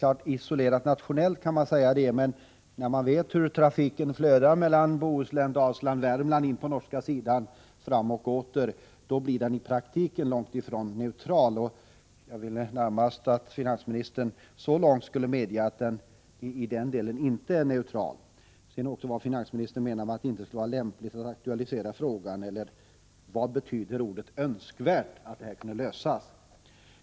Ja, isolerat nationellt kan man säga det, men när man vet hur trafiken flödar mellan Bohuslän, Dalsland och Värmland in på norska sidan fram och åter blir den i praktiken långt ifrån neutral, jag ville närmast att finansministern skulle medge att den i den delen inte är neutral. Min följdfråga är: Vad menar finansministern med att det inte skulle vara lämpligt att aktualisera saken i Nordiska rådet, och vad ligger i begreppet att ”det skulle vara önskvärt” om frågan löstes?